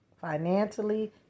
financially